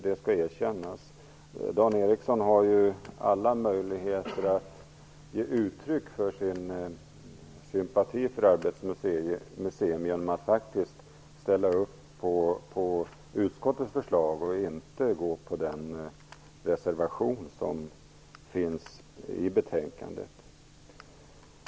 Dan Ericsson har ju alla möjligheter att ge uttryck för sin sympati för Arbetets museum genom att ställa upp på utskottets förslag och inte stödja den reservation som finns i betänkandet.